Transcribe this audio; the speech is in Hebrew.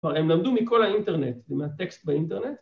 ‫הם למדו מכל האינטרנט, ‫עם הטקסט באינטרנט.